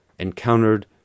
encountered